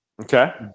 Okay